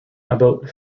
about